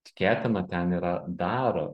tikėtina ten yra dar